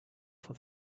for